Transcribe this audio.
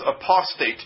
apostate